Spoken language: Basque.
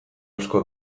asko